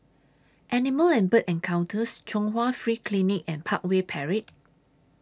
Animal and Bird Encounters Chung Hwa Free Clinic and Parkway Parade